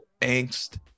angst